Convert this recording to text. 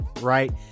Right